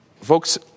Folks